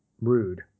rude